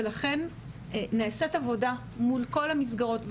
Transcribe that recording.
ולכן נעשית עבודה מול כל המסגרות.